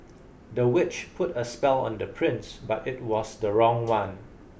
the witch put a spell on the prince but it was the wrong one